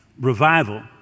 Revival